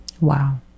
Wow